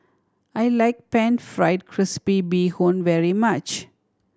I like Pan Fried Crispy Bee Hoon very much